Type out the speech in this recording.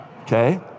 okay